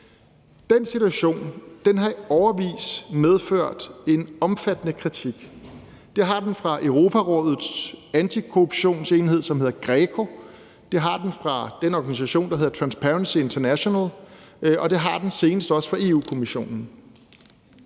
Den situation har i årevis medført en omfattende kritik. Det har den fra Europarådets antikorruptionsenhed, som hedder GRECO, det har den fra den organisation, der hedder Transparency International, og det har den senest også fra Europa-Kommissionen,